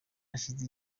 hashize